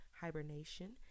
hibernation